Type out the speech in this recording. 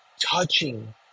touching